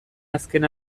azken